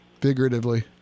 Figuratively